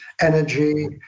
energy